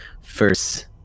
first